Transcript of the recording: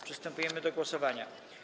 Przystępujemy do głosowania.